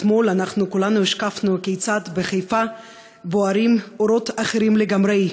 אתמול אנחנו כולנו השקפנו כיצד בחיפה בוערים אורות אחרים לגמרי,